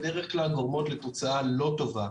בדרך כלל גורמים לתוצאה לא טובה.